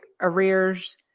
arrears